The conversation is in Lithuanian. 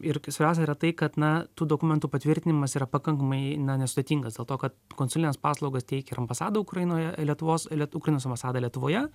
ir svarbiausia yra tai kad na tų dokumentų patvirtinimas yra pakankamai na nesudėtingas dėl to kad konsulines paslaugas teikia ir ambasada ukrainoje lietuvos liet ukrainos ambasada lietuvoje